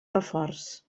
reforç